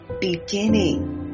beginning